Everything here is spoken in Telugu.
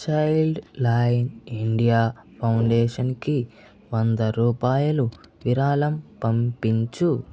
చైల్డ్ లైన్ ఇండియా ఫౌండేషన్కి వంద రూపాయలు విరాళం పంపించు